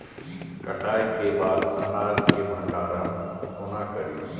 कटाई के बाद अनाज के भंडारण कोना करी?